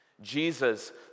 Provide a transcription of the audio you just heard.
Jesus